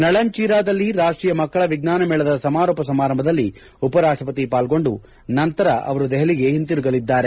ನಳನ್ಚೀರಾದಲ್ಲಿ ರಾಷ್ಷೀಯ ಮಕ್ಕಳ ವಿಜ್ಞಾನ ಮೇಳದ ಸಮಾರೋಪ ಸಮಾರಂಭದಲ್ಲಿ ಉಪರಾಷ್ವಪತಿ ಪಾಲ್ಗೊಂಡು ನಂತರ ಅವರು ದೆಹಲಿಗೆ ಹಿಂದಿರುಗಲಿದ್ದಾರೆ